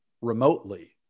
remotely